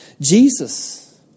Jesus